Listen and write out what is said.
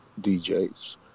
DJs